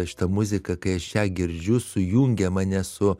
šita muzika kai aš ją girdžiu sujungia mane su